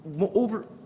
over